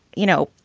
you know,